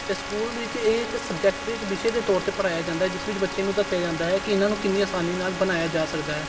ਅਤੇ ਸਕੂਲ ਵਿੱਚ ਇਹ ਇੱਕ ਸਬਜੈਕਟ ਦੇ ਵਿਸ਼ੇ ਦੇ ਤੌਰ 'ਤੇ ਪੜ੍ਹਾਇਆ ਜਾਂਦਾ ਜਿਸ ਵਿੱਚ ਬੱਚੇ ਨੂੰ ਦੱਸਿਆ ਜਾਂਦਾ ਹੈ ਕਿ ਇਹਨਾਂ ਨੂੰ ਕਿੰਨੀ ਆਸਾਨੀ ਨਾਲ ਬਣਾਇਆ ਜਾ ਸਕਦਾ ਹੈ